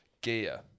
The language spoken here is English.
gear